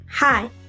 Hi